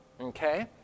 Okay